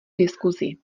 diskusi